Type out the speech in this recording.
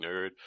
nerd